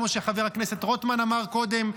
כמו שחבר הכנסת רוטמן אמר קודם,